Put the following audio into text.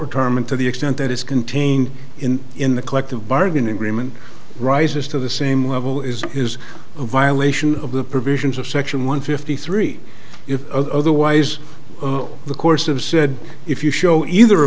and to the extent that is contained in in the collective bargaining agreement rises to the same level is is a violation of the provisions of section one fifty three if otherwise the course of said if you show either a